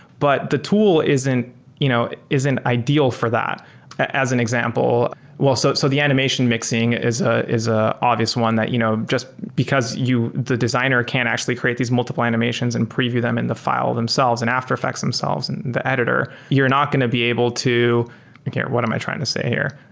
but the tool isn't you know isn't ideal for that as an example, well, so so the animation mixing is ah is a obvious one that you know just because you the designer can actually create these multiple animations and preview them in the file themselves and after effects themselves and the editor, you're not going to be able to okay, what am i trying to say here?